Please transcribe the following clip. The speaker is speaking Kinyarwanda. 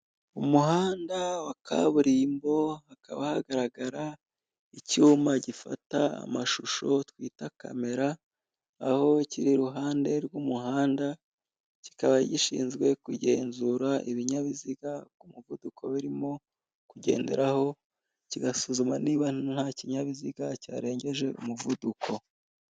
Umuhanda wa kaburimbo hakaba hagaragara icyuma gifata amashusho twita kamera, aho kiri iruhande rw'umuhanda kikaba gishinzwe kugenzura, ibinyabiziga ku muvuduko birimo kugenderaho kigasuzuma niba nta kinyabiziga cyarengeje umuvuduko.